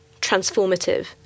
transformative